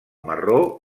marró